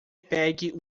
pegue